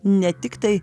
ne tiktai